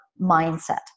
mindset